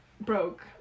broke